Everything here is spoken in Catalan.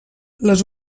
les